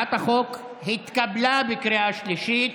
הצעת החוק התקבלה בקריאה שלישית.